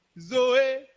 Zoe